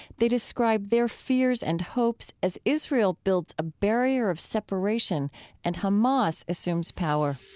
they describe their fears and hopes as israel builds a barrier of separation and hamas assumes power